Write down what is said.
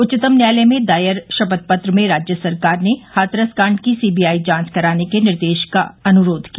उच्चतम न्यायालय में दायर शपथ पत्र में राज्य सरकार ने हाथरस कांड की सीबीआई जांच कराने के निर्देश देने का अनुरोध किया